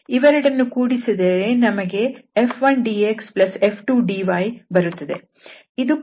ಇದು curve integral F⋅dr